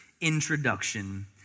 introduction